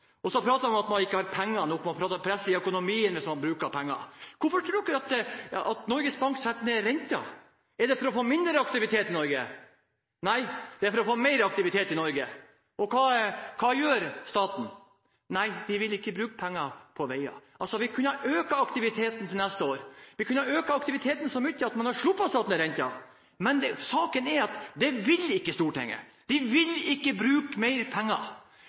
Så prater man om at man ikke har penger nok, man prater om press i økonomien hvis man bruker penger. Hvorfor tror dere Norges Bank setter ned renten? Er det for å få mindre aktivitet i Norge? Nei, det er for å få mer aktivitet i Norge. Og hva gjør staten? De vil ikke bruke penger på veier. Vi kunne altså ha økt aktiviteten til neste år, vi kunne økt aktiviteten så mye at man hadde sluppet å sette ned renten. Men saken er at det vil ikke Stortinget. De vil ikke bruke mer penger.